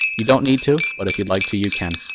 you don't need to, but if you'd like to, you can.